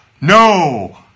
No